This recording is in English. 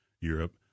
Europe